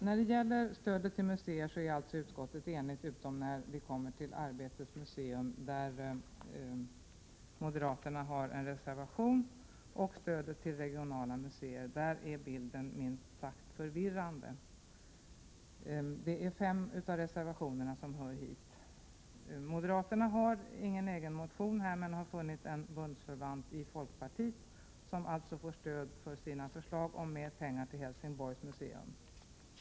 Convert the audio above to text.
När det gäller stödet till museer är alltså utskottet enigt utom när vi kommer till Arbetets museum, där moderaterna har en reservation, och stödet till regionala museer, där bilden är minst sagt förvirrande. Det är fem av reservationerna som hör hit. Moderaterna har ingen egen motion här men har funnit en bundsförvant i folkpartiet, som alltså får stöd för sina förslag om mer pengar till Helsingborgs museum.